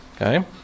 Okay